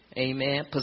Amen